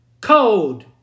cold